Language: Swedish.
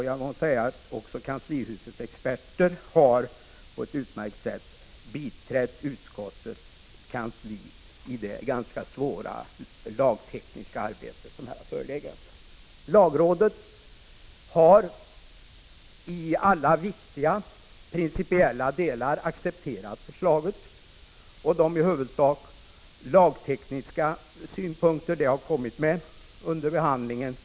Jag vill säga att kanslihusets experter på ett utmärkt sätt har biträtt utskottets kansli i det ganska svåra lagtekniska arbete som här har förelegat. Lagrådet har i alla viktiga principiella delar accepterat förslaget. De i huvudsak lagtekniska synpunkter lagrådet har lämnat under behandlingen = Prot.